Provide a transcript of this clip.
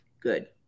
good